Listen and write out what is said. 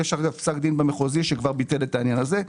יש פסק דין במחוזי שכבר ביטל את העניין הזה,